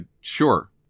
Sure